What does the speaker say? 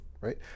Right